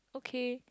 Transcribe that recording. okay